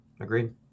Agreed